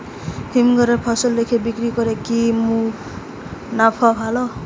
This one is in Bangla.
হিমঘরে ফসল রেখে বিক্রি করলে কি মুনাফা ভালো?